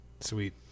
Sweet